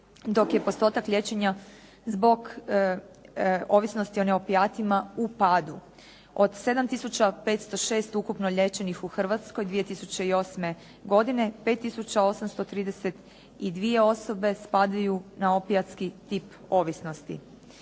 dok je postotak liječenja zbog ovisnosti o neopijatima u padu. Od 7506 ukupno liječenih u Hrvatskoj 2008. godine 5832 osobe spadaju na opijatski tip ovisnosti.